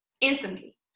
instantly